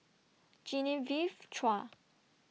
Genevieve Chua